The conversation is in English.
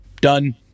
Done